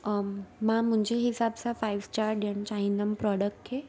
मां मुंहिंजे हिसाबु सां फ़ाइव स्टार ॾियणु चाहींदमि प्रोडक्ट खे